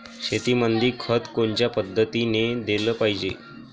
शेतीमंदी खत कोनच्या पद्धतीने देलं पाहिजे?